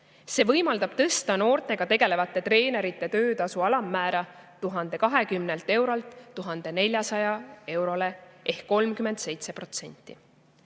See võimaldab tõsta noortega tegelevate treenerite töötasu alammäära 1020 eurolt 1400 eurole ehk 37%